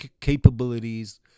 capabilities